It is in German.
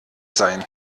sein